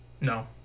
no